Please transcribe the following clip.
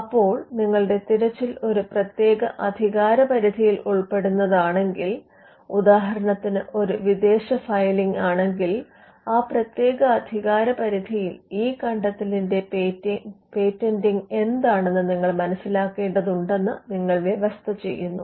അപ്പോൾ നിങ്ങളുടെ തിരച്ചിൽ ഒരു പ്രത്യേക അധികാരപരിധിയിൽ ഉൾപ്പെടുന്നതാണെങ്കിൽ ഉദാഹരണത്തിന് ഒരു വിദേശ ഫയലിംഗ് ആണെങ്കിൽ ആ പ്രത്യേക അധികാരപരിധിയിൽ ഈ കണ്ടെത്തലിന്റെ പേറ്റന്റിംഗ് എന്താണെന്ന് നിങ്ങൾ മനസിലാക്കേണ്ടതുണ്ടെന്ന് നിങ്ങൾ വ്യവസ്ഥ ചെയ്യുന്നു